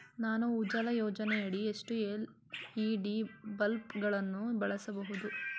ನಾನು ಉಜಾಲ ಯೋಜನೆಯಡಿ ಎಷ್ಟು ಎಲ್.ಇ.ಡಿ ಬಲ್ಬ್ ಗಳನ್ನು ಬಳಸಬಹುದು?